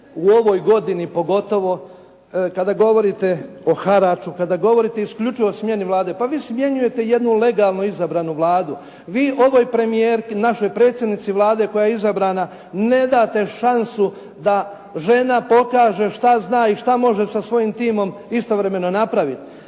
u ovoj godini pogotovo kada govorite o haraču, kada govorite isključivo o smjeni Vlade. Pa vi smjenjujete jednu legalno izabranu Vladu. Vi ovoj našoj predsjednici Vlade koja je izabrana ne date šansu da žena pokaže šta zna i šta može sa svojim timom istovremeno napraviti.